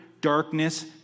darkness